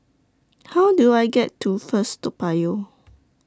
How Do I get to First Toa Payoh